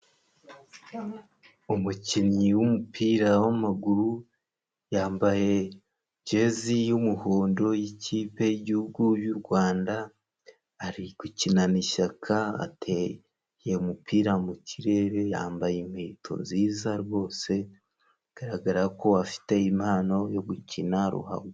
Umukinnyi w'umupira w'amaguru yambaye jezi y'umuhondo y'ikipe y'igihugu y'Urwanda ari gukinana ishyaka ateye umupira mu kirere yambaye inkweto nziza rwose bigaragara ko afite impano yo gukina ruhago.